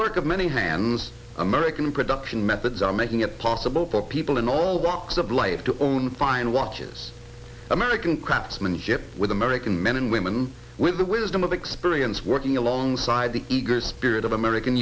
work of many hands american production methods are making it possible for people in all walks of life to own and find watches american craftsmanship with american men and women with the wisdom of experience working alongside the eager spirit of american